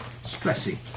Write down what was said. Stressing